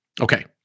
Okay